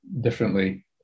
differently